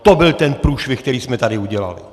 To byl ten průšvih, který jsme tady udělali!